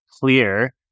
clear